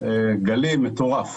גלי מטורף.